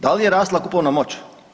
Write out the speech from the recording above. Da li je rasla kupovna moć?